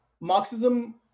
Marxism